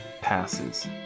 passes